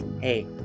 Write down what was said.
hey